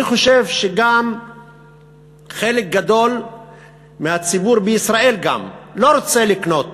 אני חושב שגם חלק גדול מהציבור בישראל לא רוצה לקנות